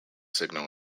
signal